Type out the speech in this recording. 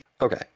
Okay